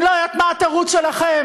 אני לא יודעת מה התירוץ שלכם,